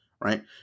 right